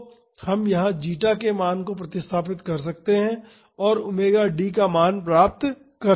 तो हम यहां जीटा के मान को प्रतिस्थापित कर सकते हैं और ⍵D का मान प्राप्त कर सकते हैं